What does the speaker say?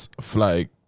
flag